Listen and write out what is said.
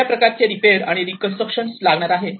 कोणत्या प्रकारचे रिपेयर आणि रीकन्स्ट्रक्शन लागणार आहे